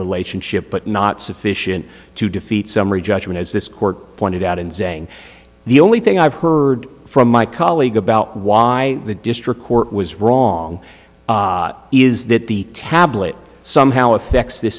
relationship but not sufficient to defeat summary judgment as this court pointed out in saying the only thing i've heard from my colleague about why the district court was wrong is that the tablet somehow affects th